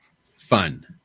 fun